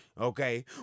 okay